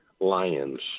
Lions